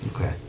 Okay